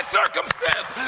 circumstance